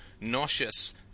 nauseous